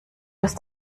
ist